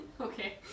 Okay